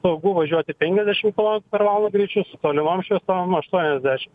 saugu važiuoti penkiasdešim kilometrų per valandą greičiu su tolimom šviesom aštuoniasdešim